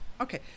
Okay